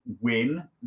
win